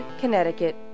Connecticut